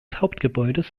hauptgebäudes